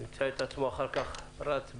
הם ימצאו את עצמם אחר כך רצים